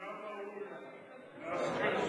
היה ראוי להזכיר,